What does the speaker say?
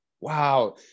Wow